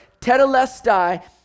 tetelestai